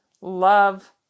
love